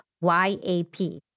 Y-A-P